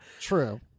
True